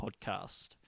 podcast